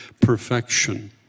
perfection